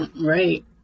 right